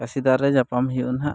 ᱠᱟᱥᱤᱫᱟᱦᱟ ᱨᱮ ᱧᱟᱯᱟᱢ ᱦᱩᱭᱩᱜᱼᱟ ᱱᱟᱦᱟᱜ